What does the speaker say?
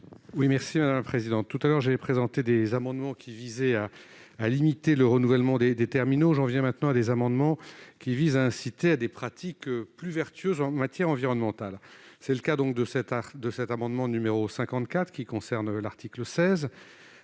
à M. Hervé Maurey. J'ai présenté tout à l'heure des amendements qui visaient à limiter le renouvellement des terminaux. J'en viens maintenant à des amendements tendant à inciter à des pratiques plus vertueuses en matière environnementale. C'est le cas de cet amendement n° 54 rectifié. L'article 16